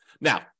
Now